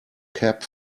cap